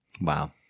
Wow